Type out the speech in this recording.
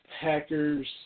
Packers